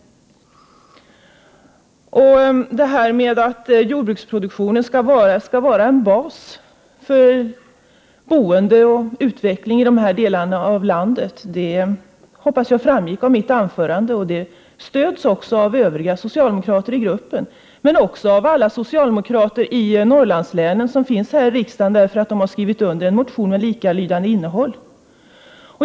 1988/89:127 Att jordbruksproduktionen skall vara en bas för boende och utveckling i 2 juni 1989 de här delarna av landet hoppas jag framgick av mitt anförande. Det är något IT oorUholenrsersslrs,, SOM Också stöds av övriga socialdemokrater i gruppen och av alla de socialdemokrater från Norrlandslänen som finns här i riksdagen och som har skrivit under en motion med likalydande innehåll.